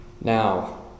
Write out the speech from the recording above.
Now